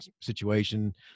situation